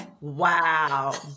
Wow